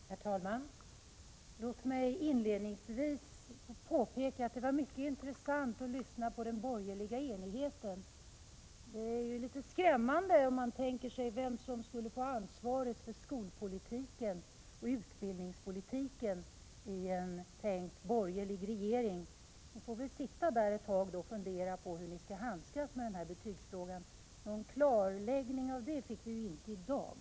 Herr talman! Låt mig inledningsvis påpeka att det var mycket intressant att iaktta den borgerliga enigheten. Detta är ju litet skrämmande när man funderar över vem som skulle kunna få ansvaret för skolpolitiken och utbildningspolitiken i en tänkt borgerlig regering. Ni får väl sitta ett tag och fundera på hur ni skall handskas med betygsfrågan. Något klarläggande på den punkten fick vi inte i dag.